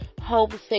homesick